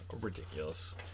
ridiculous